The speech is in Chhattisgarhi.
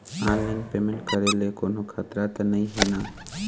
ऑनलाइन पेमेंट करे ले कोन्हो खतरा त नई हे न?